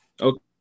okay